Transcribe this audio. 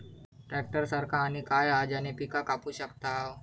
Tractor सारखा आणि काय हा ज्याने पीका कापू शकताव?